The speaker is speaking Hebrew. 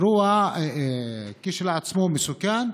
אירוע שכשלעצמו הוא מסוכן,